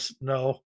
no